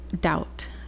doubt